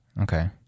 Okay